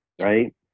Right